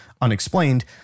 Unexplained